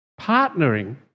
partnering